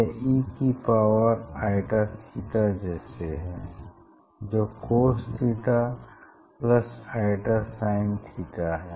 यह e की power i theta जैसे है जो cos theta i sin theta है